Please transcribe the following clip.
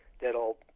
That'll